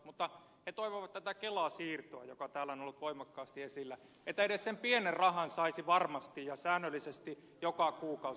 mutta he toivoivat tätä kela siirtoa joka on täällä ollut voimakkaasti esillä sitä että edes sen pienen rahan saisi varmasti ja säännöllisesti joka kuukausi